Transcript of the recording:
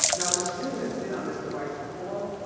now if the student has been on this device before,